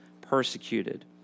persecuted